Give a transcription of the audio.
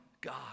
God